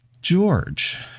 george